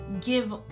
give